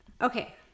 Okay